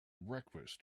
breakfast